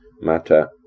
matter